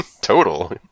Total